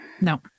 No